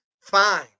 Fine